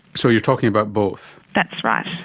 so you're talking about both? that's right.